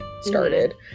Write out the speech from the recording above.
started